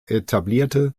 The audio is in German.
etablierte